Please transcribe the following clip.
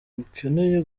rukeneye